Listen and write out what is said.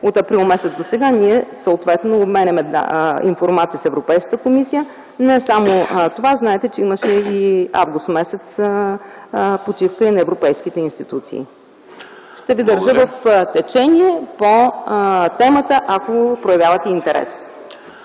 от април месец досега ние съответно обменяме информация с Европейската комисия. Не само това, знаете, че през м. август имаше почивка и на европейските институции. Ще Ви държа в течение по темата, ако проявявате интерес.